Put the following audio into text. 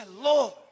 Lord